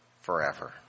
forever